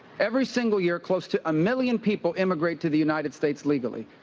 every single year close to a million people emigrate to the united states legally.